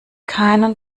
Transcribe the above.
keinen